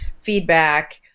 feedback